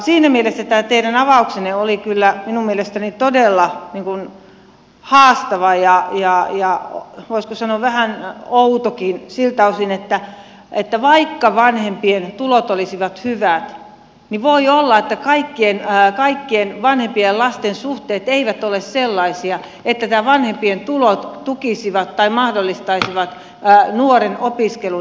siinä mielessä tämä teidän avauksenne oli kyllä minun mielestäni todella haastava ja voisiko sanoa vähän outokin siltä osin että vaikka vanhempien tulot olisivat hyvät niin voi olla että kaikkien vanhempien ja lasten suhteet eivät ole sellaisia että nämä vanhempien tulot tukisivat tai mahdollistaisivat nuoren opiskelun